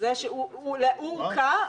הוא הוכה,